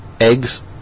Eggs